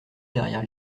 derrière